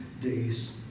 days